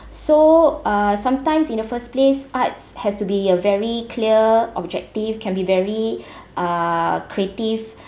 so uh sometimes in the first place art has to be a very clear objective can be very uh creative